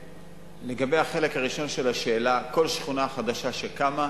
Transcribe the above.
לגבי החלק הראשון של השאלה, כל שכונה חדשה שקמה,